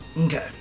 Okay